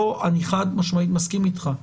כאן אני חד משמעית מסכים אתך.